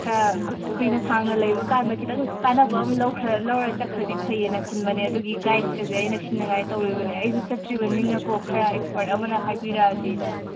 ꯈꯔ ꯀꯨꯏꯅ ꯁꯥꯡꯅ ꯂꯩꯕ ꯀꯥꯟꯗ ꯈꯤꯇꯪ ꯀꯥꯟꯅꯕ ꯑꯃ ꯂꯧꯔ ꯆꯠꯈ꯭ꯔꯗꯤ ꯐꯩꯑꯅ ꯈꯟꯕꯅꯦ ꯑꯗꯨꯒꯤ ꯒꯥꯏꯠꯀꯁꯦ ꯑꯩꯅ ꯁꯤꯟꯅꯉꯥꯏ ꯇꯧꯔꯤꯕꯅꯦ ꯑꯩꯁꯨ ꯆꯠꯇ꯭ꯔꯤꯕꯅꯤꯅ ꯀꯣ ꯈꯔ ꯑꯦꯛꯁꯄꯥꯔꯠ ꯑꯃꯅ ꯍꯥꯏꯕꯤꯔꯛꯑꯗꯤ